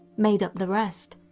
made up the rest,